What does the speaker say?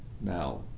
Now